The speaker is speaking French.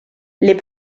les